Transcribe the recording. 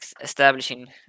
establishing